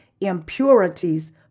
impurities